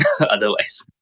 otherwise